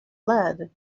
lead